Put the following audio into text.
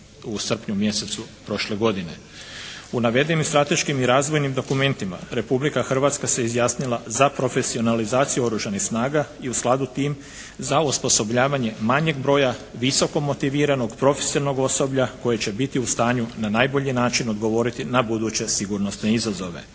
U navedenim strateškim i razvojnim dokumentima Republika Hrvatska se izjasnila za profesionalizaciju Oružanih snaga i u skladu tim za osposobljavanje manjeg broja visoko motiviranog profesionalnog osoblja koje će biti u stanju na najbolji način odgovoriti na buduće sigurnosne izazove.